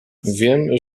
wiem